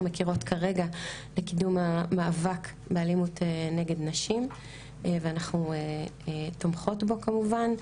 מכירות כרגע לקידום המאבק באלימות נגד נשים ואנחנו תומכות בו כמובן,